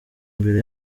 imbere